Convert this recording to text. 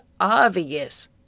obvious